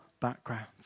backgrounds